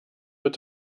wird